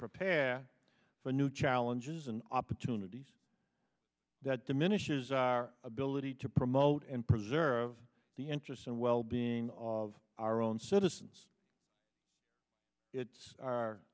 prepare for a new challenges and opportunities that diminishes our ability to promote and preserve the interests and well being of our own citizens it's our